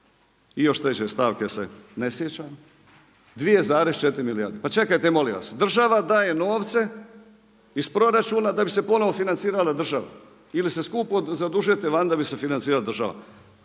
i još treće stavke se ne sjećam, 2,4 milijarde. Pa čekajte molim vas, država daje novce iz proračuna da bi se ponovo financirala država ili se skupo zadužujete vani da bi se financirala država.